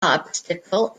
obstacle